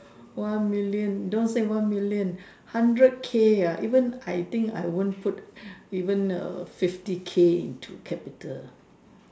one million don't say one million hundred K ah even I think I won't put even err fifty K into capital